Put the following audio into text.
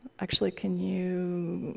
actually, can you